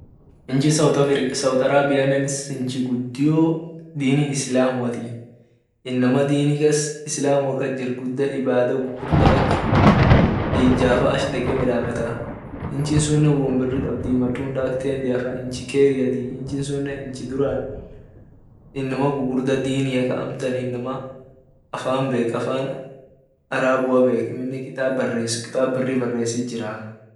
Inchi saudi arabia inchi gudio dini islamuatii inama dini islamua kas jiri guda ibada gugurda ak hijafa ach deke midafeta inchi sunne won biri qabdii matunda ak tendeafaa inchi keriati inchi sunne duran inama gugurda dini ak amtan inama afan bek afan arabu amine kitab bares kitab biri baresit jiraa.